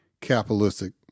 capitalistic